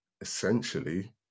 essentially